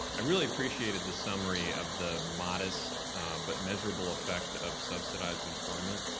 i really appreciated the summary of the modest but miserable effect of subsidizing employment,